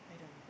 I don't know